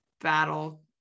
battle